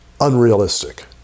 unrealistic